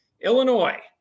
Illinois